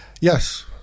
yes